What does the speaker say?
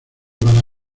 para